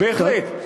בהחלט.